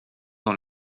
dans